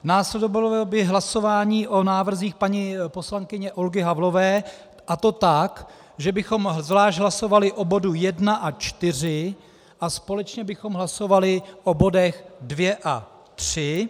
Následovalo by hlasování o návrzích paní poslankyně Olgy Havlové, a to tak, že bychom zvlášť hlasovali o bodu 1 a 4 a společně bychom hlasovali o bodech 2 a 3.